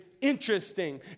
interesting